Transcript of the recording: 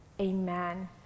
Amen